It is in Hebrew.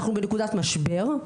אנחנו בנקודת משבר.